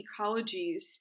ecologies